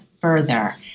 further